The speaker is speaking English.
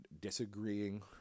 disagreeing